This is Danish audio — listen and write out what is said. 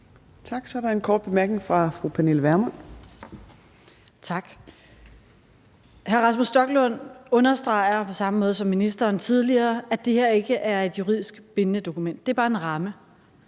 Tak, så er der er en kort bemærkning fra fru Pernille Vermund. Kl. 14:25 Pernille Vermund (NB): Tak. Hr. Rasmus Stoklund understreger på samme måde som ministeren tidligere, at det her ikke er et juridisk bindende dokument. Det er bare en ramme.